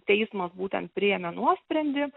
teismas būtent priėmė nuosprendį